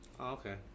okay